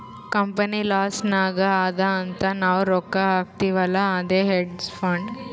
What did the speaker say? company loss ನಾಗ್ ಅದಾ ಅಂತ್ ನಾವ್ ರೊಕ್ಕಾ ಹಾಕ್ತಿವ್ ಅಲ್ಲಾ ಅದೇ ಹೇಡ್ಜ್ ಫಂಡ್